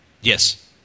Yes